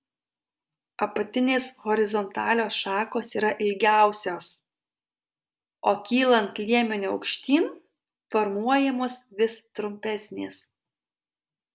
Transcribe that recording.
apatinės horizontalios šakos yra ilgiausios o kylant liemeniu aukštyn formuojamos vis trumpesnės